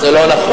זה לא נכון.